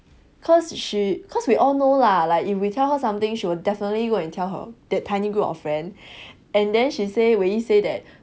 cause she cause we all know lah like if we tell her something she will definitely go and tell her that tiny group of friend and then she say that wei yi say that